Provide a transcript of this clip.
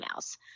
emails